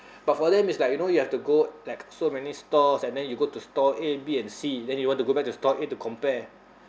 but for them it's like you know you have to go like so many stores and then you go to store A B and C then you want to go back to store A to compare